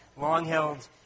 long-held